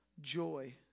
joy